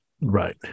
Right